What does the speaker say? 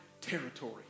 territory